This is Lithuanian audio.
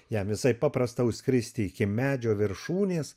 jam visai paprasta užskristi iki medžio viršūnės